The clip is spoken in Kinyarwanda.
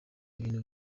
ibintu